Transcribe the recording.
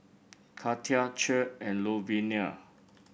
Katia Che and Louvenia